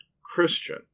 Christian